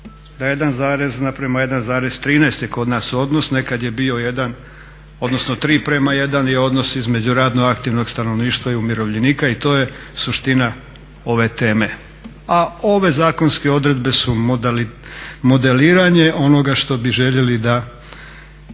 naprema 1,13 je kod nas odnos, nekad je bio 3 prema 1 je odnos između radno aktivnog stanovništva i umirovljenika i to je suština ove teme. A ove zakonske odredbe su modeliranje onog što bi željeli da